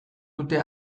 dute